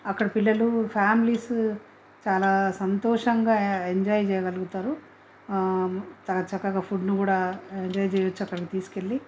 అక్కడ పిల్లలు ఫ్యామిలీస్ చాలా సంతోషంగా ఎంజాయ్ చేయగలుగుతారు చక్కగా ఫుడ్ను కూడా ఎంజాయ్ చెయ్యచ్చు అక్కడకు తీసుకెళ్ళి